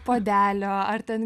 puodelio ar ten